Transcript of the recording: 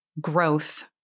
growth